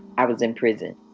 i was in prison.